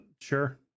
Sure